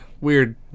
weird